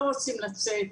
לא רוצים לצאת,